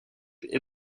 est